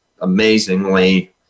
amazingly